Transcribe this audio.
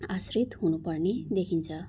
आश्रित हुनुपर्ने देखिन्छ